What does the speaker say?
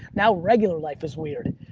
now regular life is weird.